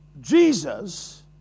Jesus